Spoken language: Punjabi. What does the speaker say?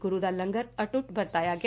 ਗੁਰੂ ਦਾ ਲੰਗਰ ਅਟੁੱਟ ਵਰਤਾਇਆ ਗਿਆ